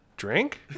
drink